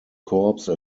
corpse